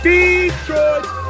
Detroit